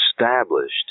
established